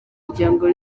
umuryango